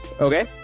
Okay